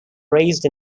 raised